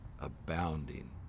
Abounding